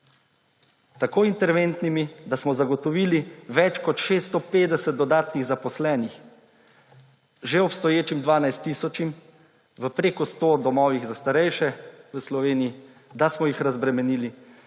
tako interventnimi, da smo zagotovili več kot 650 dodatnih zaposlenih že obstoječim 12 tisočim v preko sto domovih za starejše v Sloveniji, da smo jih razbremenili,